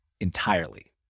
entirely